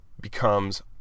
becomes